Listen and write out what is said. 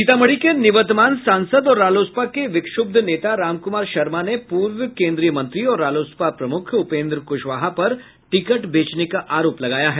सीतामढ़ी के निवर्तमान सांसद और रालोसपा के विक्षुब्ध नेता राम कुमार शर्मा ने पूर्व केन्द्रीय मंत्री और रालोसपा प्रमुख उपेन्द्र कुशवाहा पर टिकट बेचने का आरोप लगाया है